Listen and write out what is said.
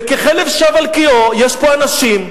וככלב שב על קיאו, יש פה אנשים,